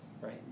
right